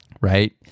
right